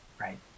right